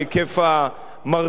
על היקף המרצים,